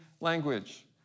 language